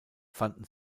fanden